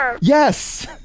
Yes